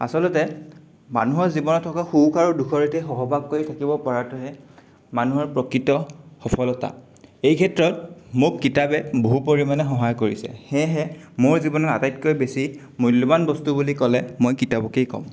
আচলতে মানুহৰ জীৱনত থকা সুখ আৰু দুখৰ সৈতে সহবাস কৰি থাকিব পৰাটোহে মানুহৰ প্ৰকৃত সফলতা এই ক্ষেত্ৰত মোক কিতাপে বহু পৰিমাণে সহায় কৰিছে সেয়েহে মোৰ জীৱনত আটাইতকৈ বেছি মূল্যৱান বস্তু বুলি ক'লে মই কিতাপকেই ক'ম